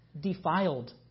defiled